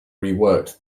reworked